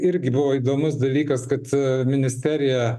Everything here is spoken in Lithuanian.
irgi buvo įdomus dalykas kad ministerija